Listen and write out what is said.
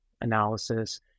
analysis